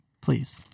please